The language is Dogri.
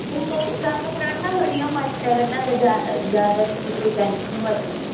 कोई नि गल्ल करानां थुआढ़ी आ'ऊं मस्टरा कन्नै जे ज्यादा तुसेंगी कोई टेंशन होआ दी